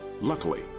Luckily